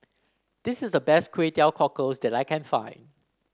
this is the best Kway Teow Cockles that I can find